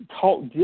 talk